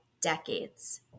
decades